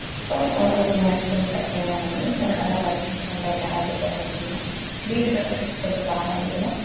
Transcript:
அப்புறம் ஓரளவு மேனேஜ் பண்ணி கட்டுகிற நிலம ஒரு நல்லா படித்து முடித்து நல்ல ஒரு வேலைக்கு போகிறது மூலயமா வீடு கட்டுறதுக்கு கொஞ்சம் பணம் வாங்கியிருந்தோம்